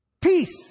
Peace